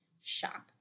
shop